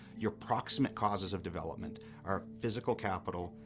your proximate causes of development are physical capital,